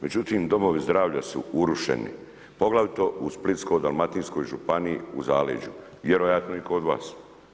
Međutim, domovi zdravlja su urušeni, poglavito u Splitsko-dalmatinskoj županiji u zaleđu, vjerojatno i kod vas.